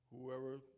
whoever